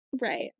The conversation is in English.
Right